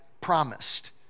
promised